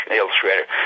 illustrator